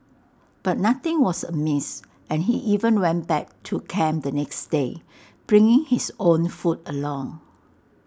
but nothing was amiss and he even went back to camp the next day bringing his own food along